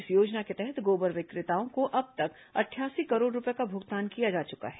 इस योजना के तहत गोबर विक्रेताओं को अब तक अठासी करोड़ रूपये का भुगतान किया जा चुका है